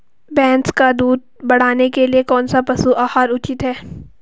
भैंस का दूध बढ़ाने के लिए कौनसा पशु आहार उचित है?